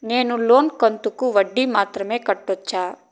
నేను లోను కంతుకు వడ్డీ మాత్రం కట్టొచ్చా?